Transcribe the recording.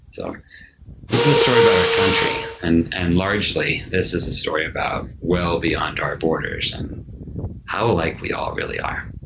so this is a story about our country and and largely, this is a story about well beyond our borders and how alike we all really are.